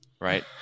Right